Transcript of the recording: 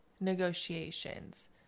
negotiations